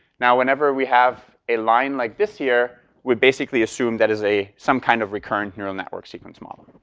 now, whenever we have a line like this here, we basically assume that is a some kind of recurrent neural network sequence model.